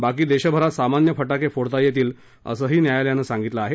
बाकी देशभरात सामान्य फटाके फोडता येतील असंही न्यायालयानं सांगितलं आहे